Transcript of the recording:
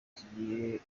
tugira